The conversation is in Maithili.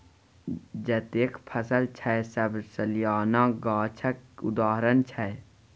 जतेक फसल छै सब सलियाना गाछक उदाहरण छै